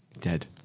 Dead